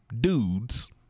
dudes